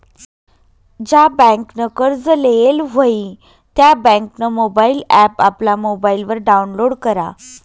ज्या बँकनं कर्ज लेयेल व्हयी त्या बँकनं मोबाईल ॲप आपला मोबाईलवर डाऊनलोड करा